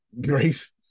Grace